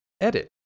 Edit